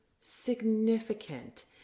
significant